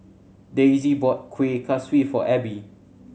Dayse bought Kueh Kaswi for Abbey